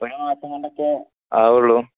ഒരു മാസം കൊണ്ടൊക്കെയേ ആവുള്ളൂ